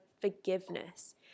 forgiveness